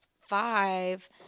five